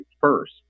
first